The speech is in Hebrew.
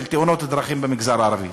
של תאונות דרכים במגזר הערבי.